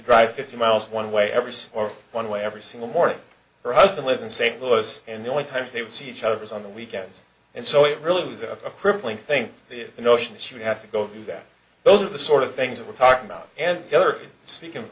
drive fifty miles one way every or one way every single morning her husband lives in st louis and the only times they would see each other was on the weekends and so it really was a crippling think the notion that you have to go through that those are the sort of things that we're talking about and the other s